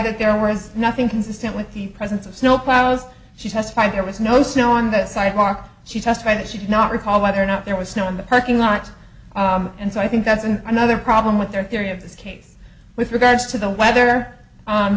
that there was nothing consistent with the presence of snow ploughs she testified there was no snow on the sidewalk she testified that she did not recall whether or not there was snow in the parking lot and so i think that's another problem with their theory of this case with regards to the weather